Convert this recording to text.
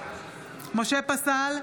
משה פסל,